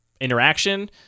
interaction